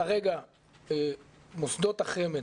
כרגע מוסדות החמ"ד,